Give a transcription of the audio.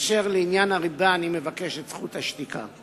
אשר לעניין הריבה, אני מבקש את זכות השתיקה.